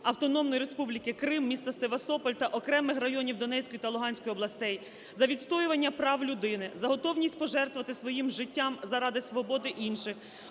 Автономної Республіки Крим, міста Севастополь та окремих районів Донецької та Луганської областей, за відстоювання прав людини, за готовність пожертвувати своїм життям заради свободи інших